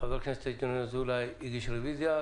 חבר הכנסת ינון אזולאי הגיש רוויזיה,